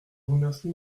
remercie